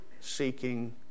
Seeking